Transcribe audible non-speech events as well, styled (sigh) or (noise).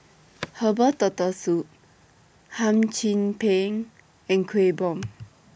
(noise) Herbal Turtle Soup Hum Chim Peng and Kueh Bom